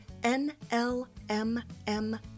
NLMM